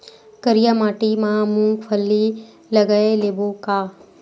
करिया माटी मा मूंग फल्ली लगय लेबों का?